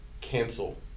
cancel